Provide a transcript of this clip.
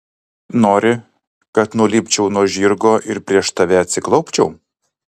nori kad nulipčiau nuo žirgo ir prieš tave atsiklaupčiau